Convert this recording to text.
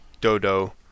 Dodo